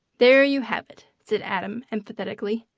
there you have it! said adam emphatically.